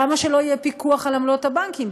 למה שלא יהיה פיקוח על עמלות הבנקים?